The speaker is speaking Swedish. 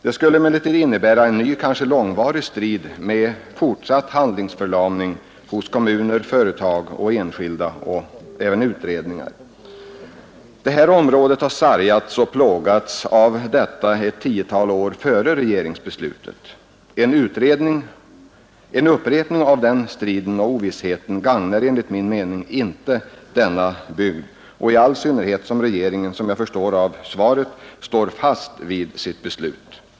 Det skulle emellertid innebära en ny, kanske långvarig strid med fortsatt handlingsförlamning hos kommuner, företag och enskilda. Området har sargats och plågats av detta ett tiotal år före regeringsbeslutet. En upprepning av den striden och ovissheten gagnar enligt min mening inte denna bygd. Ett klart besked är därför välgörande, i all synnerhet som regeringen, vilket jag förstår av svaret, står fast vid beslutet.